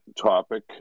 topic